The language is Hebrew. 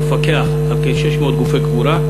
הוא מפקח על כ-600 גופי קבורה.